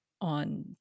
on